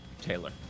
Taylor